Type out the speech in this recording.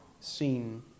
seen